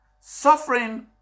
suffering